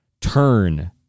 turn